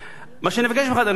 מה שאני מבקש ממך, אדוני היושב-ראש,